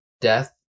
death